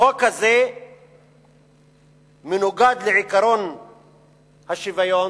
החוק הזה מנוגד לעקרון השוויון,